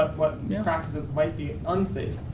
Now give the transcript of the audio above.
what practices might be unsafe?